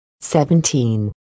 Seventeen